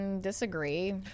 disagree